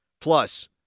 Plus